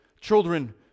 Children